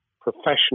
professional